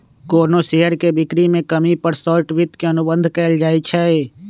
कोनो शेयर के बिक्री में कमी पर शॉर्ट वित्त के अनुबंध कएल जाई छई